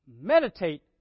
meditate